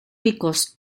picos